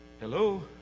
Hello